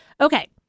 Okay